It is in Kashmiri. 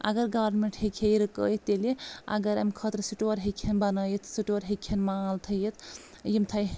اَگر گورمینٛٹ ہٮ۪کہِ ہا یہِ رُکٲوِتھ تیٚلہِ اَگر اَمہِ خٲطر سُٹور ہٮ۪کہِ ہَن بَنٲوِتھ سٹور ہٮ۪کہِ ہن مال تھٲوِتھ یِم تھایہِ